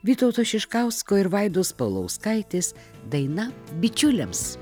vytauto šiškausko ir vaidos paulauskaitės daina bičiuliams